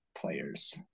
players